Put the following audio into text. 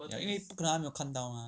因为不可能他没有看到 mah